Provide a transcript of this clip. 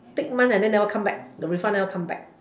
take month then never come back the refund never come back